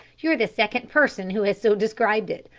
you're the second person who has so described it.